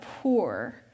poor